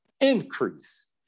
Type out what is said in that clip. increase